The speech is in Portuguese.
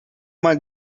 uma